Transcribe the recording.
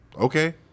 okay